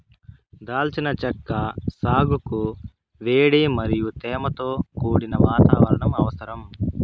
దాల్చిన చెక్క సాగుకు వేడి మరియు తేమతో కూడిన వాతావరణం అవసరం